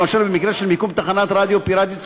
למשל במקרה של מיקום תחנת רדיו פיראטית סמוכה,